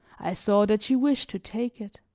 i saw that she wished to take it.